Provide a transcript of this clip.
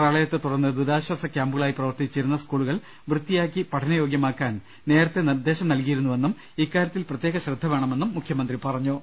പ്രള യത്തെ തുടർന്ന് ദുരിതാശ്ചാസ ക്യാമ്പുകളായി പ്രവർത്തിച്ചിരുന്ന സ്കൂളുകൾ വൃത്തിയാക്കി പഠനയോഗ്യമാക്കാൻ നേരത്തെ നിർദ്ദേശം നൽകിയിരുന്നുവെന്നും ഇക്കാര്യത്തിൽ പ്രത്യേക ശ്രദ്ധ വേണമെന്നും മുഖ്യമന്ത്രി പറഞ്ഞു